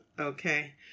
okay